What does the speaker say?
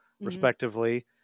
respectively